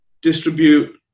distribute